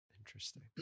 interesting